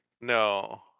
No